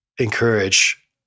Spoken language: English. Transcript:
encourage